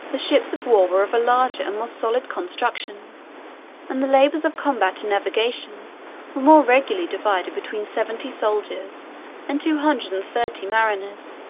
the ships of war were of a larger and more solid construction and the labors of combat and navigation were more regularly divided between seventy soldiers and two hundred and thirty mariners.